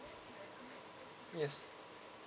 yes